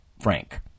Frank